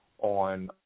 on